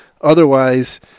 Otherwise